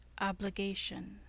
obligation